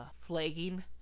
flagging